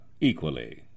equally